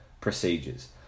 procedures